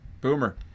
Boomer